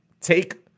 take